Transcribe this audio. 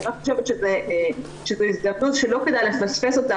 אני חושבת שזו הזדמנות שלא כדאי לפספס אותה,